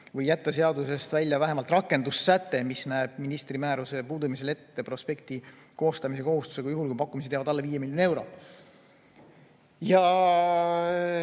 või jätta seadusest välja vähemalt rakendussäte, mis näeb ministri määruse puudumise korral ette prospekti koostamise kohustuse, juhul kui pakkumised jäävad alla 5 miljoni euro.